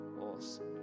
Awesome